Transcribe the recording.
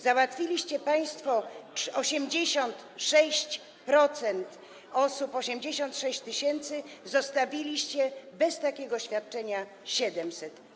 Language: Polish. Załatwiliście państwo 86% osób, 86 tys. zostawiliście bez takiego świadczenia 700.